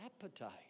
appetite